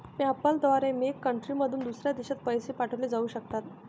PayPal द्वारे मेक कंट्रीमधून दुसऱ्या देशात पैसे पाठवले जाऊ शकतात